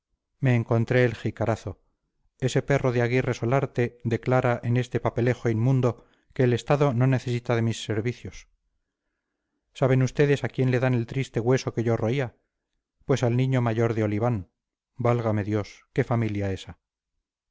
me encontré el jicarazo ese perro de aguirre solarte declara en este papelejo inmundo que el estado no necesita de mis servicios saben ustedes a quién le dan el triste hueso que yo roía pues al niño mayor de oliván válgame dios qué familia esa